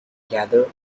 gather